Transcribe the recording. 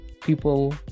people